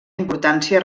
importància